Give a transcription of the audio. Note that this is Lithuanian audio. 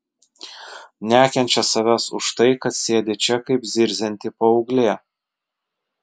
nekenčia savęs už tai kad sėdi čia kaip zirzianti paauglė